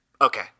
okay